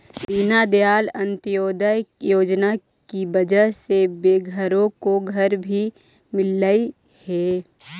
दीनदयाल अंत्योदय योजना की वजह से बेघरों को घर भी मिललई हे